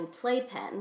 playpen